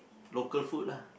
local food lah